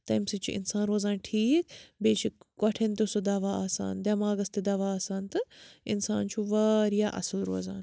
تَمۍ سۭتۍ چھُ اِنسان روزان ٹھیٖک بیٚیہِ چھُ کۄٹھٮ۪ن تہِ سُہ دَوا آسان دٮ۪ماغَس تہِ دَوا آسان تہٕ اِنسان چھُ واریاہ اَصٕل روزان